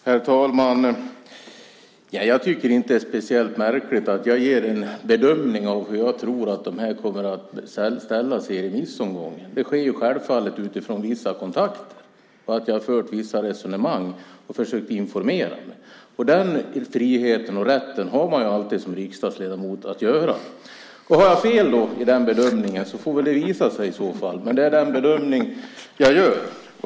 Herr talman! Jag tycker inte att det är speciellt märkligt att jag gör en bedömning av hur jag tror att man kommer att ställa sig i remissomgången. Det sker självfallet utifrån vissa kontakter. Jag har fört vissa resonemang och försökt informera mig. Den friheten och rätten har man ju alltid som riksdagsledamot. Det får visa sig om jag har fel i den bedömningen, men det är den bedömning jag gör.